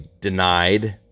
denied